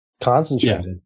Concentrated